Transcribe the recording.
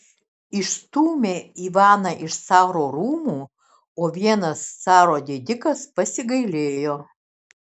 išstūmė ivaną iš caro rūmų o vienas caro didikas pasigailėjo